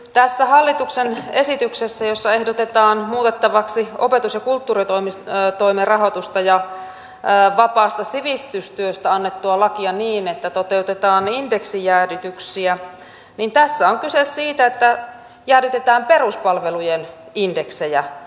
tässä hallituksen esityksessä jossa ehdotetaan muutettavaksi opetus ja kulttuuritoimen rahoitusta ja vapaasta sivistystyöstä annettua lakia niin että toteutetaan indeksijäädytyksiä on kyse siitä että jäädytetään peruspalvelujen indeksejä